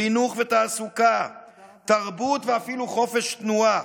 חינוך ותעסוקה, תרבות, ואפילו חופש תנועה.